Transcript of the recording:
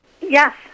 Yes